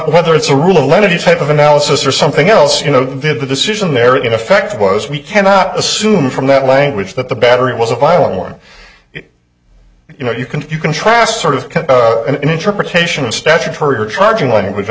whether it's a roulette any type of analysis or something else you know that the decision there in effect was we cannot assume from that language that the battery was a violent one you know you can you contrast sort of an interpretation of statutory or charging language on